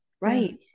right